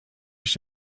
ich